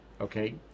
Okay